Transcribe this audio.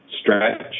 stretch